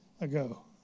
ago